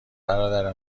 برادر